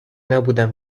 نبودم